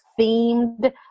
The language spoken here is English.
themed